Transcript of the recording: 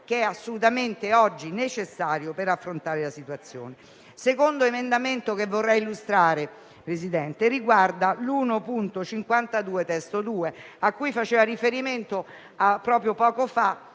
oggi è assolutamente necessario per affrontare la situazione. Il secondo emendamento che vorrei illustrare, Presidente, è l'1.52 (testo 2), a cui faceva riferimento poco fa